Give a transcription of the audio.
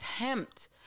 attempt